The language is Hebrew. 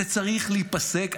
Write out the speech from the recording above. זה צריך להיפסק.